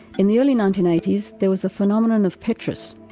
in the early nineteen eighty s there was the phenomenon of petrus,